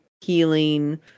healing